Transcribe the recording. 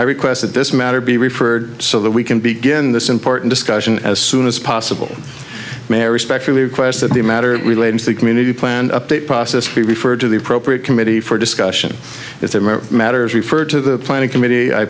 i request that this matter be referred so that we can begin this important discussion as soon as possible mayor respectfully request that the matter relating to the community plan update process be referred to the appropriate committee for discussion if that matters referred to the planning committee i